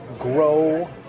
grow